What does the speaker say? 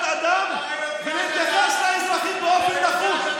אדם ולהתייחס את האזרחים באופן נחות.